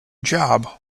job